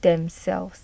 themselves